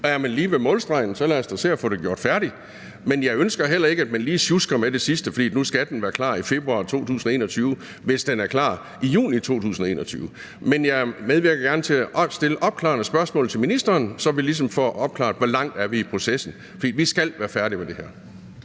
Er man lige ved målstregen, så lad os da se at få den gjort færdig. Men jeg ønsker heller ikke, at man lige sjusker med det sidste, fordi den nu skal være klar i februar 2021, hvis den ellers er klar i juni 2021. Men jeg medvirker gerne til at stille opklarende spørgsmål til ministeren, så vi ligesom får opklaret, hvor langt vi er i processen, for vi skal være færdige med det her.